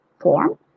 form